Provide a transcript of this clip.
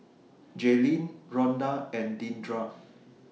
Jaylyn Rhonda and Deandra